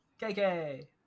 KK